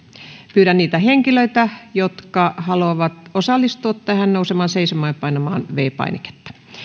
pyydän niitä henkilöitä jotka haluavat osallistua tähän nousemaan seisomaan ja painamaan viides painiketta